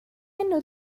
enw